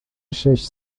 شیش